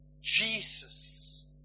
Jesus